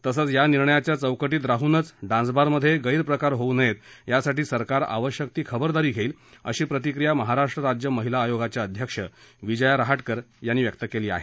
तसंच या निर्णयाच्या चौकटीत राहूनच डान्स बारमध्ये गस्तिकार होऊ नये यासाठी सरकार आवश्यक ती खबरदारी घेईल अशी प्रतिक्रिया महाराष्ट्र राज्य महिला आयोगाच्या अध्यक्षा विजया रहाटकर यांनी दिली आहे